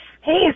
hey